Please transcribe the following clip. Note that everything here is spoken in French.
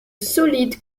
solides